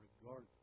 regardless